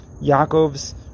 Yaakov's